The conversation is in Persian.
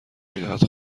میدهد